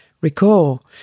recall